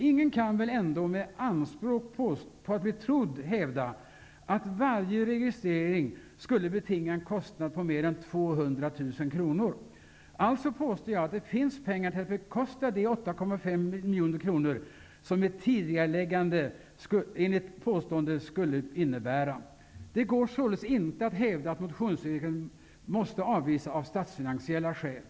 Ingen kan väl ändå, med anspråk på att bli trodd, hävda att varje registrering skulle betinga en kostnad på mer än 200 000 kronor. Alltså påstår jag att det finns pengar som täcker den kostnad på 8,5 miljoner kronor som ett tidigareläggande enligt påståenden skulle innebära. Det går således inte att hävda att motionsyrkandet måste avvisas av statsfinansiella skäl.